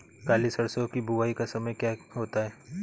काली सरसो की बुवाई का समय क्या होता है?